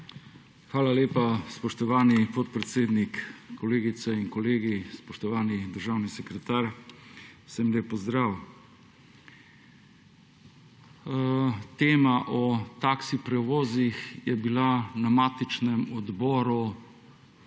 Hvala lepa, spoštovani podpredsednik, kolegice in kolegi, spoštovani državni sekretar. Vsem lep pozdrav! Tema o taksi prevozih je bila na matičnem odboru